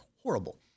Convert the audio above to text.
horrible